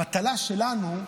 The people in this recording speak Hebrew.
המטלה שלנו,